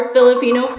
Filipino